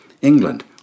England